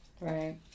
right